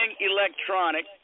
electronic